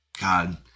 God